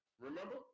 Remember